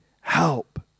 help